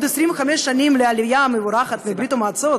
מלאות 25 שנים לעלייה המבורכת מברית-המועצות,